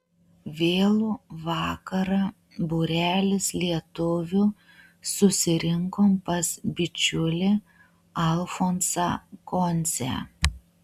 vėlų vakarą būrelis lietuvių susirinkom pas bičiulį alfonsą koncę